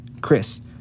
Chris